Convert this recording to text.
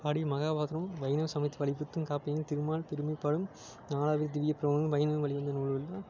பாடிய மகா வசனம் வைணவ சமயத்தை வலியுறுத்தும் காப்பியம் திருமால் பெருமைப் பாடும் நாலாயிர திவ்ய பிரபந்தம் வைணவ வழியில் வந்த நூல் தான்